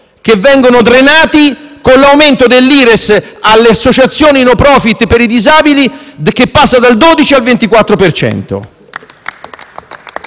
che vengono drenati, con l'aumento dell'Ires alle associazioni no-profit per i disabili, che passa dal 12 al 24